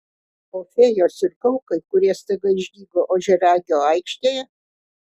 o fėjos ir kaukai kurie staiga išdygo ožiaragio aikštėje